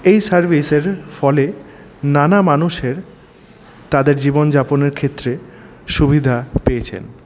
এই সার্ভিসের ফলে নানা মানুষের তাদের জীবনযাপনের ক্ষেত্রে সুবিধা পেয়েছেন